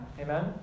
Amen